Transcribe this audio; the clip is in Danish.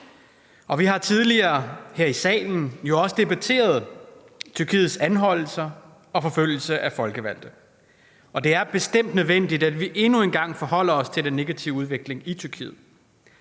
Vi har tidligere her i salen jo også debatteret Tyrkiets anholdelser og forfølgelse af folkevalgte, og det er bestemt nødvendigt, at vi endnu en gang forholder os til den negative udvikling i Tyrkiet.